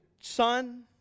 son